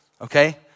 Okay